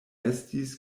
estis